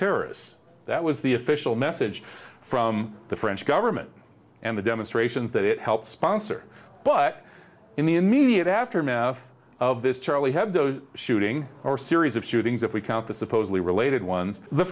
terrorists that was the official message from the french government and the demonstrations that it helped sponsor but in the immediate aftermath of this charlie hebdo shooting or series of shootings if we count the supposedly related ones the